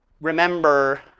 remember